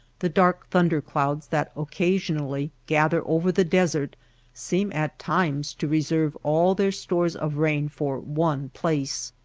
the dark thunder-clouds that occasionally gather over the desert seem at times to reserve all their stores of rain for one place.